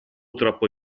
troppo